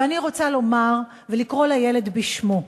ואני רוצה לומר ולקרוא לילד בשמו.